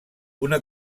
una